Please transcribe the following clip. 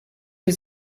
was